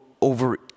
over